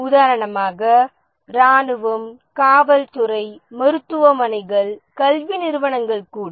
உதாரணமாக இராணுவம் காவல்துறை மருத்துவமனைகள் கல்வி நிறுவனங்கள் கூட